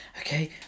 okay